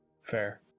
Fair